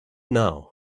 now